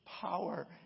power